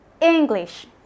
English